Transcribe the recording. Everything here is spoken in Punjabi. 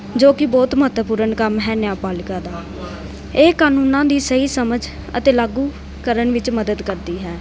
ਜੋ ਕਿ ਬਹੁਤ ਮਹੱਤਵਪੂਰਨ ਕੰਮ ਹੈ ਨਿਆਂਪਾਲਿਕਾ ਦਾ ਇਹ ਕਾਨੂੰਨਾਂ ਦੀ ਸਹੀ ਸਮਝ ਅਤੇ ਲਾਗੂ ਕਰਨ ਵਿੱਚ ਮਦਦ ਕਰਦੀ ਹੈ